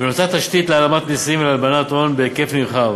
ונוצרה תשתית להעלמת מסים ולהלבנת הון בהיקף נרחב.